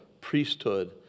priesthood